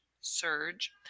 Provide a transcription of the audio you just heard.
surge